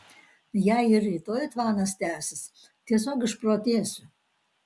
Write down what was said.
jei ir rytoj tvanas tęsis tiesiog išprotėsiu